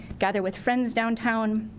gather with friends downtown,